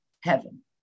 heaven